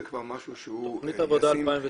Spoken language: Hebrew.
זה כבר משהו שהוא --- זו תכנית עבודה ל-2019.